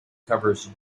covers